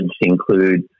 include